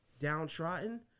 downtrodden